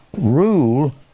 rule